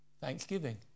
thanksgiving